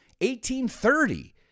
1830